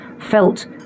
felt